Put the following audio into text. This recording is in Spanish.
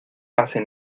hace